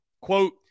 quote